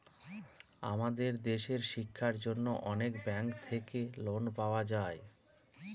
আমাদের দেশের শিক্ষার জন্য অনেক ব্যাঙ্ক থাকে লোন পাওয়া যাবে